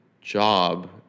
job